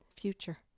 future